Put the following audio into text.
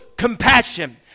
Compassion